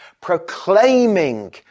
proclaiming